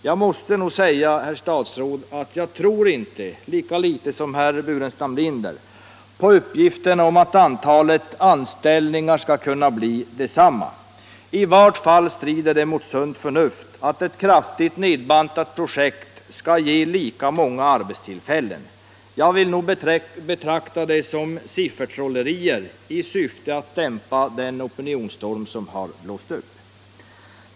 Jag måste säga, herr statsråd, att jag lika litet som herr Burenstam Linder tror på uppgifterna om att antalet anställningar skall kunna bli detsamma. I varje fall strider det mot sunt förnuft att ett kraftigt nedbantat projekt skall ge lika många arbetstillfällen. Jag vill betrakta det som siffertrollerier i syfte att dämpa den opinionsstorm som har blåst upp.